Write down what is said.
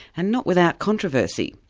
and not without controversy.